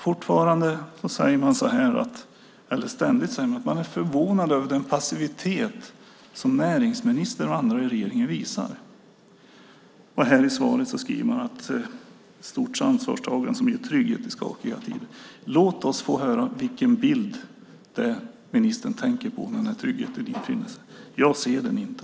Ständigt säger man att man är förvånad över den passivitet som näringsministern och andra i regeringen visar. Här i svaret skriver man att stort ansvarstagande ger trygghet i skakiga tider. Låt oss få höra vilken bild ministern tänker på när tryggheten infinner sig! Jag ser den inte.